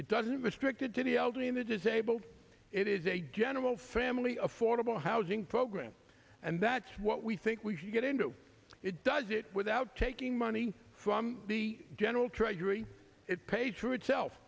it doesn't restricted to the elderly in the disabled it is a general family affordable housing program and that's what we think we should get into it does it without taking money from the general treasury it pays for itself